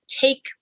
take